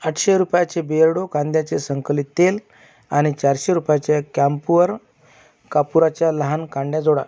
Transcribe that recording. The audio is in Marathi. आठशे रुपयाचे बिअर्डो कांद्याचे संकलित तेल आणि चारशे रुपयाच्या कॅम्प्युअर कापूराच्या लहान कांड्या जोडा